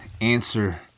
answer